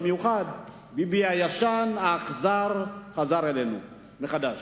במיוחד ביבי הישן, האכזר, חזר אלינו מחדש.